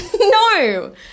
No